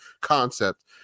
concept